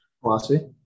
Philosophy